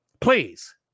Please